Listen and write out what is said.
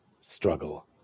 struggle